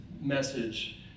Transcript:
message